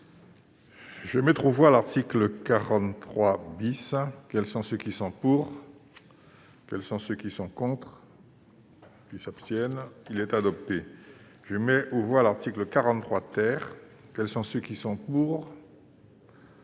Je vais mettre aux voix l'article 43 bis, quels sont ceux qui sont pour, quels sont ceux qui sont contre lui s'abstiennent il est adopté, je mets aux voix, l'article 43 terre quels sont ceux qui sont en